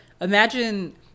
imagine